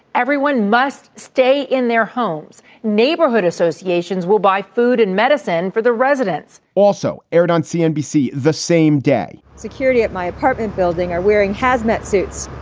everyone must stay in their homes. neighborhood associations will buy food and medicine for the residents also aired on cnbc the same day security at my apartment building or wearing hazmat suits.